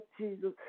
Jesus